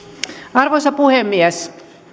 arvoisa puhemies